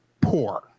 poor